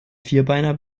vierbeiner